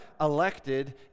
elected